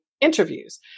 interviews